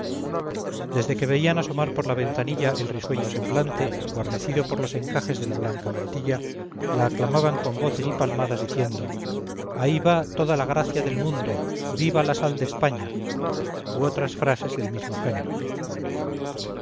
desde que veían asomar por la ventanilla el risueño semblante guarnecido por los encajes de la blanca mantilla la aclamaban con voces y palmadas diciendo ahí va toda la gracia del mundo viva la sal de españa u otras frases del mismo género